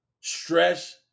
stress